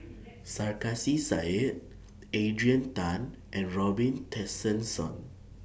Sarkasi Said Adrian Tan and Robin Tessensohn